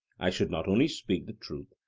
i should not only speak the truth,